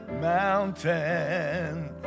mountain